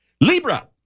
Libra